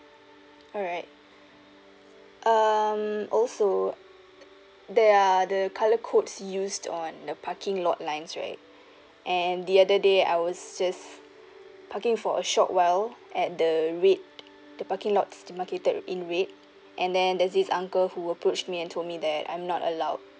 alright um also the uh the colour codes used on the parking lot lines right and the other day I was just parking for a short while at the red the parking lots that marketed in red and then there's this uncle who approached me and told me that I'm not allowed